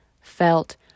felt